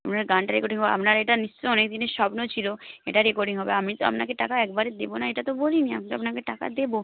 আপনার গানটা রেকর্ডিং হবে আপনার এটা নিশ্চয়ই অনেক দিনের স্বপ্ন ছিল এটা রেকর্ডিং হবে আমি তো আপনাকে টাকা একবারে দেবো না এটা তো বলিনি আমি তো আপনাকে টাকা দেবো